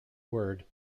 word